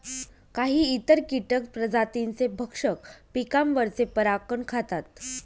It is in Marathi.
काही इतर कीटक प्रजातींचे भक्षक पिकांवरचे परागकण खातात